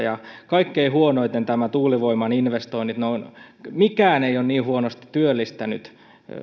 kaikkein huonoiten nämä tuulivoimaan investoinnit ovat työllistäneet mikään ei ole niin huonosti työllistänyt